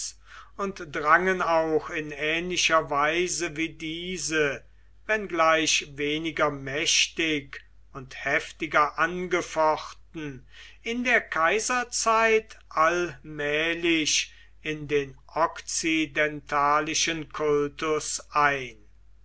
und drangen auch in ähnlicher weise wie diese wenngleich weniger mächtig und heftiger angefochten in der kaiserzeit allmählich in den okzidentalischen kultus ein